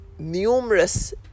numerous